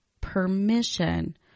permission